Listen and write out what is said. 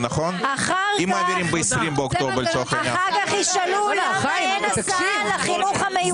אחר כך ישאלו, למה אין הסעות לחינוך המיוחד.